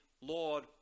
Lord